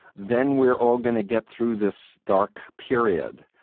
then we're all going to get through this dark period.